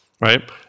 right